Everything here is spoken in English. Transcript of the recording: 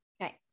Okay